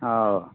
हँ